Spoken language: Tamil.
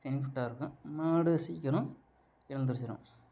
பெனிஃபிட்டாக இருக்கும் மாடு சீக்கிரம் எழுந்திரிச்சிவிடும்